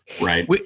right